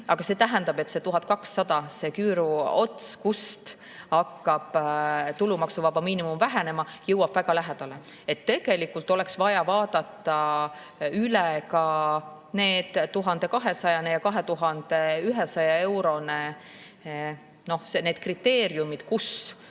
siis see tähendab, et see 1200 eurot, see küüru ots, kust hakkab tulumaksuvaba miinimum vähenema, jõuab väga lähedale. Tegelikult oleks vaja vaadata üle ka need 1200 ja 2100 eurot, need kriteeriumid, kust